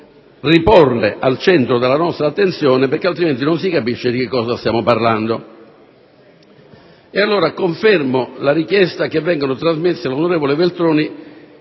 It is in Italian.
riportare al centro della nostra attenzione, altrimenti non si capisce di cosa stiamo parlando. Confermo quindi la richiesta che vengano trasmessi all'onorevole Veltroni